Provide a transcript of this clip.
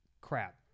crap